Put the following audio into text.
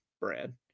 Brad